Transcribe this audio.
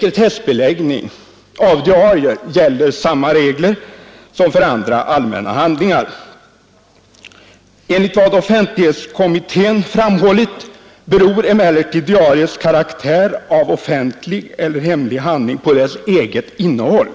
sekretessbeläggning av diarier gäller samma regler som för andra allmänna handlingar. Enligt vad offentlighetskommittén framhållit beror emellertid Diarieföring av vissa diariets karaktär av offentlig eller hemlig handling på dess eget innehåll.